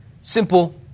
Simple